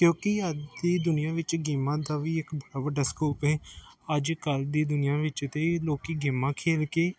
ਕਿਉਂਕਿ ਅੱਜ ਦੀ ਦੁਨੀਆ ਵਿੱਚ ਗੇਮਾਂ ਦਾ ਵੀ ਇੱਕ ਬੜਾ ਵੱਡਾ ਸਕੋਪ ਹੈ ਅੱਜ ਕੱਲ੍ਹ ਦੀ ਦੁਨੀਆ ਵਿੱਚ ਤਾਂ ਲੋਕ ਗੇਮਾਂ ਖੇਡ ਕੇ